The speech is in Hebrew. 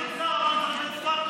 גדעון סער,